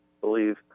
believe